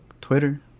Twitter